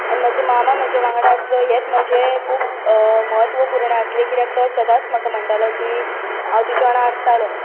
आनी म्हजो मामा म्हज्या वांगडा आसलो हेंच म्हजें खूब म्हत्वपूर्ण आसलें कित्याक तो सदांच म्हाका म्हणटालो की हांव तुज्या वांगडा आसतलों